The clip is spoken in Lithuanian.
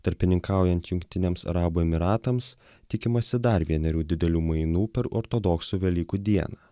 tarpininkaujant jungtiniams arabų emyratams tikimasi dar vienerių didelių mainų per ortodoksų velykų dieną